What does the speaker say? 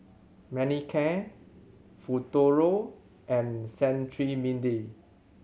Manicare Futuro and Cetrimide